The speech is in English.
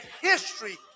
history